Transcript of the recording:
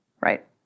right